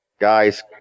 guys